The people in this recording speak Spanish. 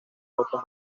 otras